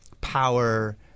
power